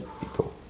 people